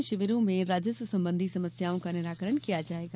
इन शिविरों में राजस्व संबंधी समस्याओं का निराकरण किया जायेगा